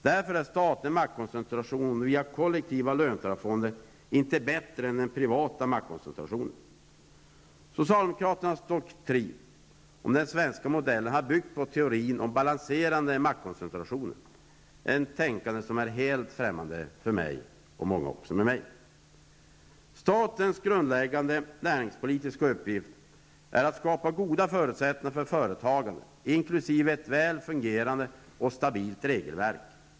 Därför är statlig maktkoncentration via kollektiva löntagarfonder inte bättre än den privata maktkoncentrationen. Socialdemokraternas doktrin om den svenska modellen har byggt på teorin om balanserade maktkoncentrationer -- ett tänkande som är helt främmande för mig och många med mig. Statens grundläggande näringspolitiska uppgift är att skapa goda förutsättningar för företagandet inkl. ett väl fungerande och stabilt regelverk.